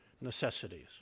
necessities